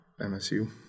MSU